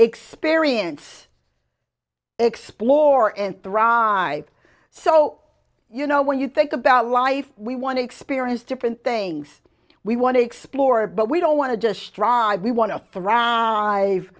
experience explore and thrive on i so you know when you think about life we want to experience different things we want to explore but we don't want to just drive we want to